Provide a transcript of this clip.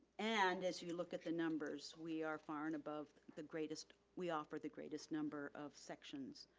and, as you look at the numbers, we are far and above the greatest, we offer the greatest number of sections